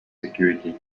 security